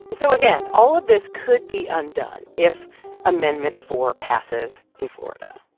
and so again, all of this could be undone if amendment four passes in florida.